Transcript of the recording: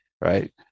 right